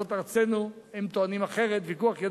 זאת ארצנו, הם טוענים אחרת, ויכוח ידוע,